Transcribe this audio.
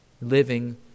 living